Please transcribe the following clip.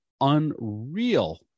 unreal